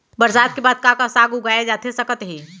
बरसात के बाद का का साग उगाए जाथे सकत हे?